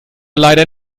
leider